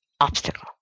obstacle